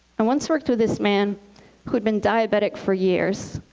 i once worked with this man who had been diabetic for years.